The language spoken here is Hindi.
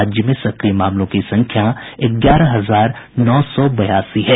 राज्य में सक्रिय मामलों की संख्या ग्यारह हजार नौ सौ बयासी है